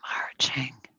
marching